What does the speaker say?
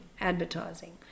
advertising